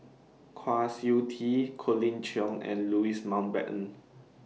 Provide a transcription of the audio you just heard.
Kwa Siew Tee Colin Cheong and Louis Mountbatten